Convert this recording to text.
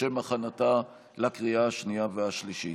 לשם הכנתה לקריאה השנייה והשלישית.